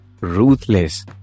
Ruthless